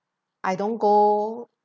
I don't go